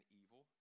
evil